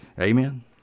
amen